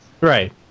right